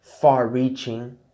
far-reaching